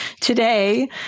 today